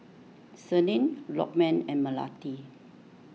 Senin Lokman and Melati